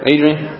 Adrian